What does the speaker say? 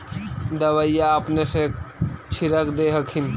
दबइया अपने से छीरक दे हखिन?